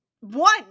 one